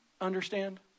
Understand